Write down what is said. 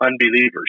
unbelievers